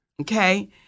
okay